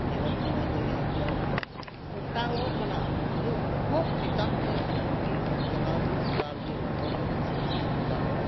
ᱧᱮᱞᱚᱜ ᱠᱟᱱᱟ ᱡᱮ ᱮᱠᱫᱚᱢ ᱚᱴᱟᱝᱚᱜ ᱠᱟᱱᱟ ᱤᱧᱟᱹᱜ ᱵᱚᱦᱚᱜ ᱪᱮᱛᱟᱱᱛᱮ ᱮᱠᱫᱚᱢ ᱴᱤᱱ ᱠᱚ ᱪᱟᱞᱟᱣ ᱞᱮᱱᱟ ᱛᱷᱚᱲᱟ ᱞᱟᱹᱜᱤᱫ ᱦᱚᱴᱚᱜ ᱵᱟᱹᱞᱤᱧ ᱥᱟᱢᱟᱜ ᱛᱚᱯᱟᱜᱚᱜᱼᱟ